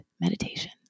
meditation